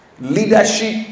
Leadership